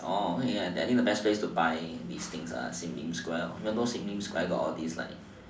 okay I think the best place to buy these are things sim-lim square even though sim-lim has all these like